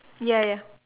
ya ya